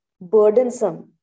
burdensome